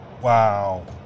Wow